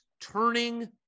turning